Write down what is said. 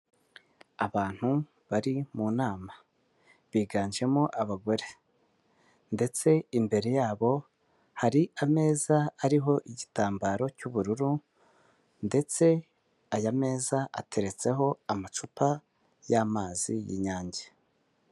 Abantu bari mu nama biganjemo abagore, ndetse imbere yabo hari ameza ariho igitambaro cy'ubururu ndetse aya meza ateretseho amacupa y'amazi y'inyange.